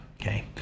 Okay